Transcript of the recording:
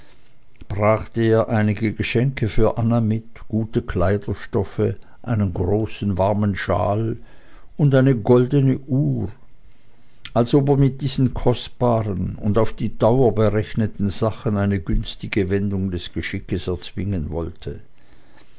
brachte er einige geschenke für anna mit gute kleiderstoffe einen großen warmen shawl und eine goldene uhr als ob er mit diesen kostbaren und auf die dauer berechneten sachen eine günstige wendung des geschickes erzwingen wollte